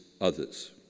others